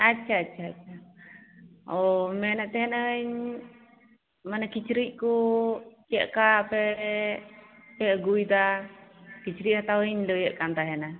ᱟᱪᱪᱷᱟ ᱟᱪᱪᱷᱟ ᱳᱚ ᱢᱮᱱᱮᱫ ᱛᱟᱦᱮᱱᱟᱹᱧ ᱢᱟᱱᱮ ᱠᱤᱪᱨᱤᱡ ᱠᱚ ᱪᱮᱫ ᱞᱮᱠᱟ ᱯᱮ ᱟᱹᱜᱩᱭᱮᱫᱟ ᱠᱤᱪᱨᱤᱡ ᱦᱟᱛᱟᱣ ᱤᱧ ᱞᱟᱹᱭᱮᱫ ᱠᱟᱱ ᱛᱟᱦᱮᱱᱟ